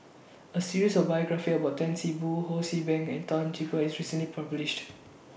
A series of biographies about Tan See Boo Ho See Beng and Tan Teik Boon was recently published